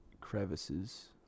crevices